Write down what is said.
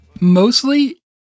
mostly